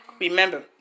Remember